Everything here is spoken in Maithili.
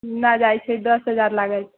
ना जाइत छै दस हजार लागत